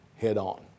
Head-On